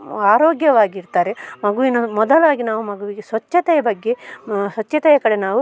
ಆರೋಗ್ಯವಾಗಿರ್ತಾರೆ ಮಗುವಿನ ಮೊದಲಾಗಿ ನಾವು ಮಗುವಿಗೆ ಸ್ವಚ್ಛತೆಯ ಬಗ್ಗೆ ಸ್ವಚ್ಛತೆಯ ಕಡೆ ನಾವು